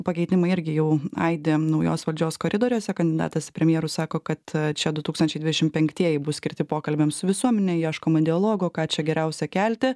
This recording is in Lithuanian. pakeitimai irgi jau aidi naujos valdžios koridoriuose kandidatas į premjerus sako kad čia du tūkstančiai dvidešim penktieji bus skirti pokalbiams su visuomene ieškoma dialogo ką čia geriausia kelti